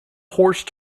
horse